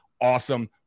Awesome